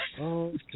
okay